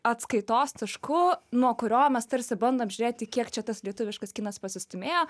atskaitos tašku nuo kurio mes tarsi bandom žiūrėti kiek čia tas lietuviškas kinas pasistūmėjo